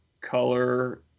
color